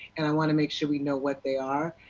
and i want to make sure we know what they are.